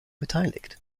beteiligt